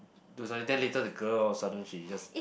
to suddenly then later the girl all of a sudden she just